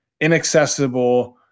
inaccessible